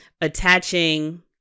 attaching